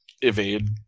evade